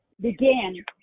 begin